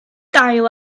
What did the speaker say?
dail